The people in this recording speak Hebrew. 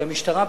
והמשטרה,